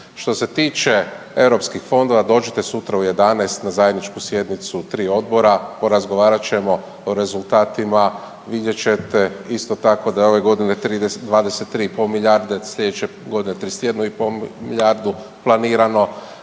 Što se tiče europskih fondova, dođite sutra u 11 na zajedničku sjednicu 3 odbora. Porazgovarat ćemo o rezultatima, vidjet ćete isto tako da je ove godine 23,5 milijarde, sljedeće godine 31,5 milijardu planirano